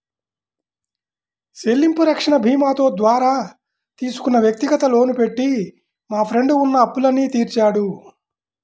చెల్లింపు రక్షణ భీమాతో ద్వారా తీసుకున్న వ్యక్తిగత లోను పెట్టి మా ఫ్రెండు ఉన్న అప్పులన్నీ తీర్చాడు